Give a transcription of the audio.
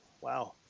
wow